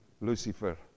Lucifer